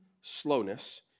slowness